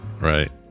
Right